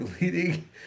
leading